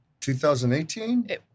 2018